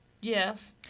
Yes